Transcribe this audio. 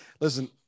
listen